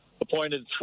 appointed